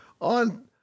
on